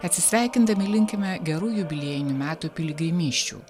atsisveikindami linkime gerų jubiliejinių metų piligrimysčių